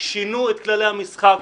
שינו את כללי המשחק,